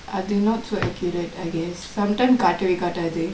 அது:athu not so accurate I guess sometime காட்டவே காட்டது:kaatave kaataathu